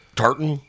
tartan